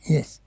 Yes